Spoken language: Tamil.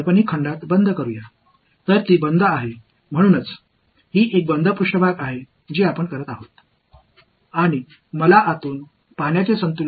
அதை இங்கே சில கற்பனை வால்யூம்களுடன் இணைப்போம் எனவே இது ஒரு மூடியது இது ஒரு மூடிய மேற்பரப்பு அதுதான் நாங்கள் செய்கிறோம்